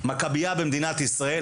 מכביה במדינת ישראל,